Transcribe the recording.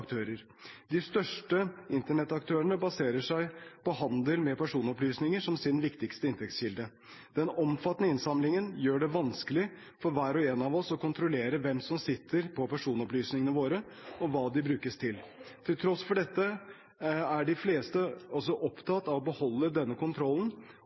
aktører. De største internettaktørene baserer seg på handel med personopplysninger som sin viktigste inntektskilde. Den omfattende innsamlingen gjør det vanskelig for hver og en av oss å kontrollere hvem som sitter på personopplysningene våre, og hva de brukes til. Til tross for dette er de fleste